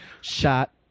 Shot